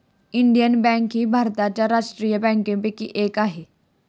Indian Bank ही भारताच्या राष्ट्रीय बँकांपैकी एक आहे